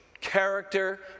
character